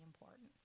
important